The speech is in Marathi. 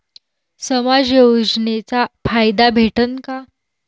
समाज योजनेचा फायदा भेटन का?